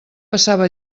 passava